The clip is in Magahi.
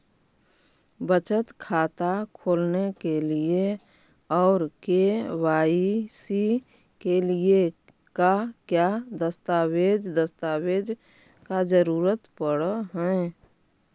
बचत खाता खोलने के लिए और के.वाई.सी के लिए का क्या दस्तावेज़ दस्तावेज़ का जरूरत पड़ हैं?